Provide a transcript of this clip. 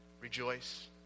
rejoice